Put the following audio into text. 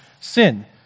sin